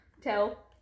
tell